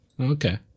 Okay